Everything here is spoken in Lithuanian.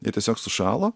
jie tiesiog sušalo